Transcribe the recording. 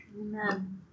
Amen